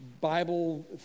Bible